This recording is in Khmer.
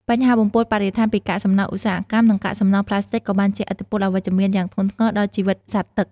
បញ្ហាបំពុលបរិស្ថានពីកាកសំណល់ឧស្សាហកម្ម និងកាកសំណល់ប្លាស្ទិកក៏បានជះឥទ្ធិពលអវិជ្ជមានយ៉ាងធ្ងន់ធ្ងរដល់ជីវិតសត្វទឹក។